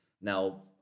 Now